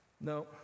No